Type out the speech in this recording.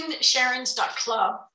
Sharon's.club